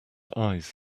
eyes